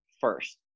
first